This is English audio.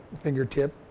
fingertip